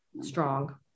strong